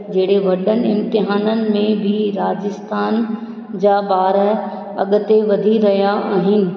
जेड़े वॾनि इम्तिहाननि में भी राजस्थान जा ॿार अॻिते वधी विया आहिनि